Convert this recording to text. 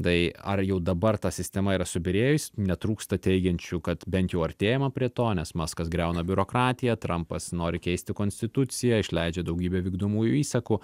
tai ar jau dabar ta sistema yra subyrėjus netrūksta teigiančių kad bent jau artėjama prie to nes maskas griauna biurokratiją trampas nori keisti konstituciją išleidžia daugybę vykdomųjų įsakų